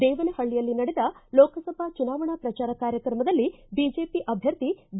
ದೇವನಹಳ್ಳಿಯಲ್ಲಿ ನಡೆದ ಲೋಕಸಭಾ ಚುನಾವಣಾ ಪ್ರಜಾರ ಕಾರ್ಯಕ್ರಮದಲ್ಲಿ ಬಿಜೆಪಿ ಅಭ್ಯರ್ಥಿ ಬಿ